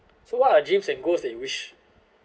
so what are dreams and goals that you wish